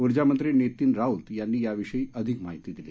ऊर्जामंत्री नितीन राऊत यांनी याविषयी अधिक माहिती दिली